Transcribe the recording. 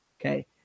Okay